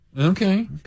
Okay